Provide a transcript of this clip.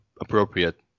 appropriate